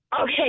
Okay